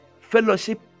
fellowship